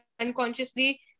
unconsciously